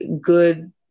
good